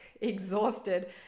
exhausted